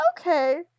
Okay